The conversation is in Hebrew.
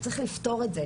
צריך לפתור את זה,